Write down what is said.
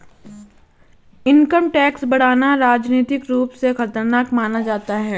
income tax बढ़ाना राजनीतिक रूप से खतरनाक माना जाता है